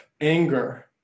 anger